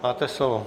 Máte slovo.